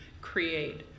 create